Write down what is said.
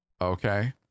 Okay